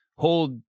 hold